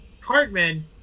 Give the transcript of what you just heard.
Cartman